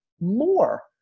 more